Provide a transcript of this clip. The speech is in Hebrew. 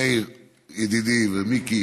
מאיר ידידי, ומיקי,